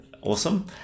Awesome